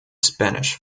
spanish